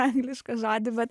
anglišką žodį vat